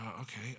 Okay